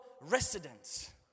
residents